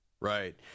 Right